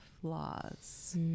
flaws